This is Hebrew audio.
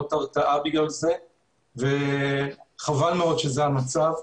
ומונעות הרתעה בגלל זה וחבל מאוד שזה המצב.